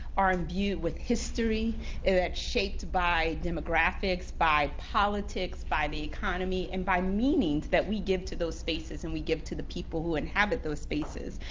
are imbued with history and that's shaped by demographics, by politics, by the economy, and by meanings that we give to those spaces, and we give to the people who inhabit those spaces.